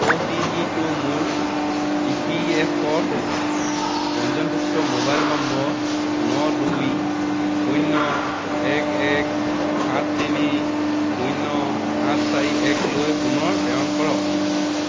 অ'টিপিটো মোৰ E P F O পঞ্জীয়নভুক্ত মোবাইল নম্বৰ ন দুই শূন্য এক এক সাত তিনি শূন্য সাত চাৰি একলৈ পুনৰ প্ৰেৰণ কৰক